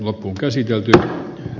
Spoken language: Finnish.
ärade herr talman